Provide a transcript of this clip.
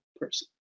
person